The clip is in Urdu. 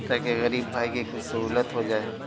تاکہ غریب بھائی کی کچھ سہولت ہو جائے